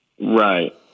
right